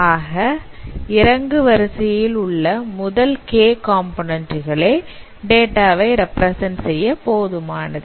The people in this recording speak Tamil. ஆக இறங்கும் வரிசையில் உள்ள முதல் k காம்போநன்ண்ட் களே டேட்டாவை ரெப்பிரசன்ட் செய்ய போதுமானது